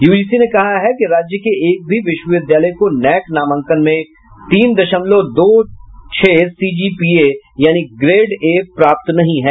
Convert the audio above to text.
UGC ने कहा है कि राज्य के एक भी विश्वविद्यालय को नैक नामांकन में तीन दशमलव दो छह सीजीपीए यानी ग्रेड ए प्राप्त नहीं है